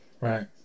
Right